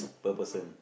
per person